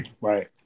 right